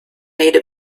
made